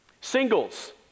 Singles